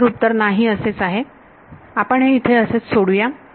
खरं तर उत्तर नाही असे आहे आपण हे इथे असेच सोडूया